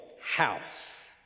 house